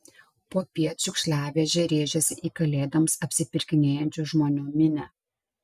popiet šiukšliavežė rėžėsi į kalėdoms apsipirkinėjančių žmonių minią